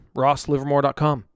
rosslivermore.com